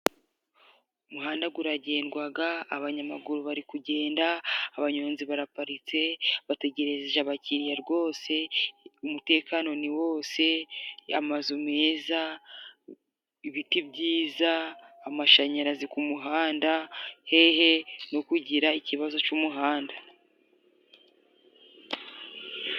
Umuhanda guragendwaga abanyamaguru bari kugenda, abanyonzi baraparitse bategereje abakiriya rwose, umutekano ni wose, amazu meza, ibiti byiza, amashanyarazi ku muhanda. Hehe no kugira ikibazo c'umuhanda.